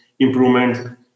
improvement